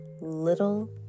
Little